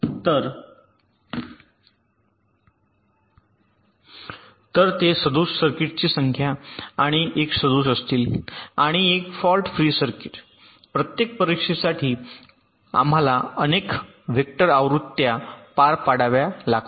तर ते सदोष सर्किटची संख्या आणि एक सदोष असतील आणि एक फॉल्ट फ्री सर्किट प्रत्येक परीक्षेसाठी आम्हाला अनेक वेक्टर आवृत्त्या पार पाडाव्या लागतात